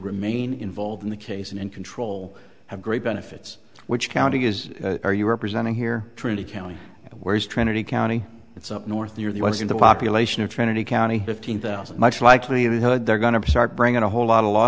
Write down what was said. remain involved in the case and in control have great benefits which county is are you representing here truly county and where is trinity county it's up north near the ones in the population of trinity county fifteen thousand much likelihood they're going to start bringing a whole lot of law